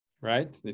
right